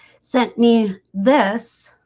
sent me this